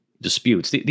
disputes